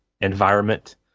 environment